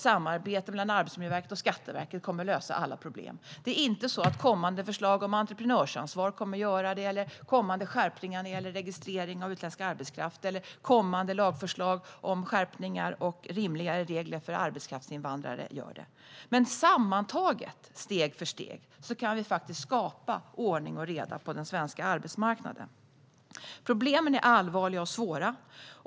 Samarbete mellan Arbetsmiljöverket och Skatteverket kommer inte att lösa alla problem. Kommande förslag om entreprenörsansvar, kommande skärpningar när det gäller registrering av utländsk arbetskraft eller kommande lagförslag om skärpningar och rimligare regler när det gäller arbetskraftsinvandrare kommer inte heller att lösa alla problem. Men sammantaget, steg för steg, kan vi faktiskt skapa ordning och reda på den svenska arbetsmarknaden. Problemen är allvarliga och svåra.